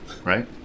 right